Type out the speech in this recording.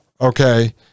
okay